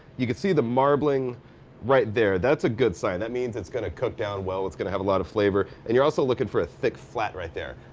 you can see the marbling right there. that's a good sign. that means it's gonna cook down well, it's gonna have a lot of flavor. and you're also lookin' for a thick flat right there.